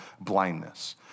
blindness